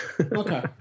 Okay